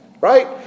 right